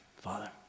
Father